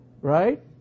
right